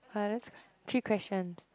!whoa! that's three questions